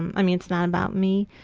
i mean, it's not about me,